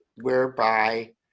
whereby